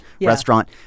restaurant